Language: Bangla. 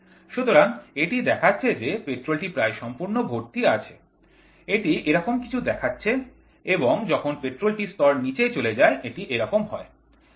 সুতরাং এটি দেখাচ্ছে যে পেট্রোল টি প্রায় সম্পূর্ণ ভর্তি আছে এটি এরকম কিছু দেখাচ্ছে এবং যখন পেট্রোলের স্তর নীচে চলে যায় এটি এরকম হয়